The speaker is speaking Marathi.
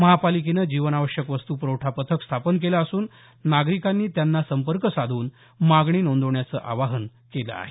महापालिकेनं जीवनावश्यक वस्तू पुरवठा पथक स्थापन केलं असून नागरिकांनी त्यांना संपर्क साधून मागणी नोंदवण्याचं आवाहन केलं आहे